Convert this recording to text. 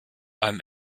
einem